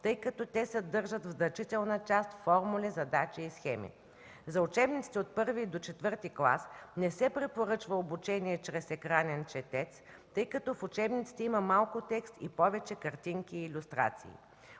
тъй като те съдържат в значителна част формули, задачи и схеми. За учебниците от І до ІV клас не се препоръчва обучение чрез „Екранен четец”, тъй като в учебниците има малко текст и повече картинки и илюстрации.